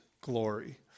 glory